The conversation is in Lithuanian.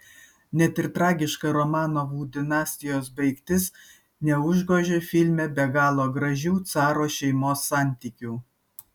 net ir tragiška romanovų dinastijos baigtis neužgožia filme be galo gražių caro šeimos santykių